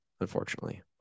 Unfortunately